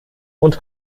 und